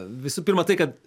visų pirma tai kad